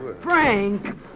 Frank